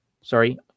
sorry